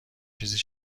چیزی